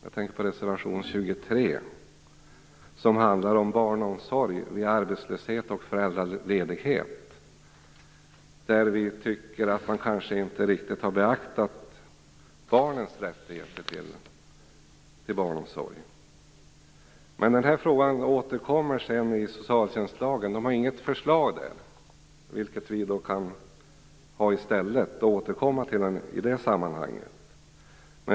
Jag tänker på reservation 23 som handlar om barnomsorg vid arbetslöshet och föräldraledighet. Vi tycker att man kanske inte riktigt har beaktat barnens rättigheter till barnomsorg. Men den här frågan återkommer senare i socialtjänstlagen. Det finns inget förslag där, och då kan vi ha det i stället och återkomma till detta i det sammanhanget.